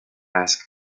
asked